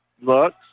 Looks